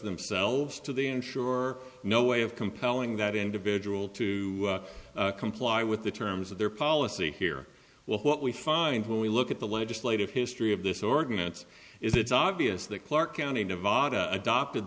themselves to the insurer no way of compelling that individual to comply with the terms of their policy here well what we find when we look at the legislative history of this ordinance is it's obvious that clark county nevada adopted